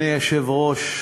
אדוני היושב-ראש,